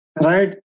right